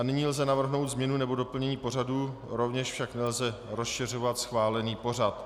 Nelze navrhnout změnu nebo doplnění pořadu, rovněž však nelze rozšiřovat schválený pořad.